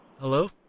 Hello